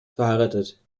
verheiratet